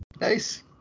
Nice